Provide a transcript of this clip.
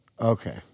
Okay